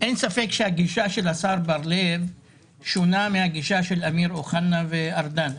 אין ספק שהגישה של השר בר לב שונה מהגישה של אמיר אוחנה וארדן,